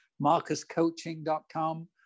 MarcusCoaching.com